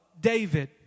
David